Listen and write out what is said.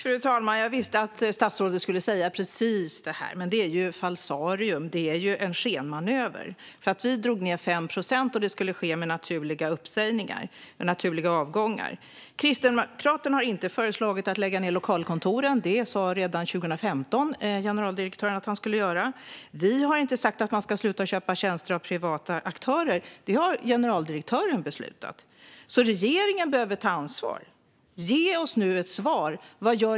Fru talman! Jag visste att statsrådet skulle säga precis det här, men det här är ett falsarium och en skenmanöver. Vi drog ned med 5 procent, och det skulle ske med naturliga avgångar. Kristdemokraterna har inte föreslagit att lägga ned lokalkontoren. Det sa generaldirektören redan 2015 att han skulle göra. Vi har inte sagt att man ska sluta köpa tjänster av privata aktörer. Det har generaldirektören beslutat. Regeringen behöver därför ta ansvar. Ge oss nu ett svar: Vad gör ni åt detta?